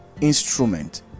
instrument